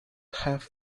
have